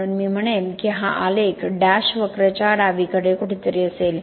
म्हणून मी म्हणेन की हा आलेख डॅश वक्रच्या डावीकडे कुठेतरी असेल